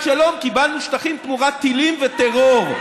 שלום קיבלנו שטחים תמורת טילים וטרור.